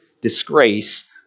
disgrace